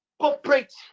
corporate